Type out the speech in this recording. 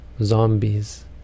zombies